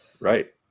Right